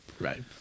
Right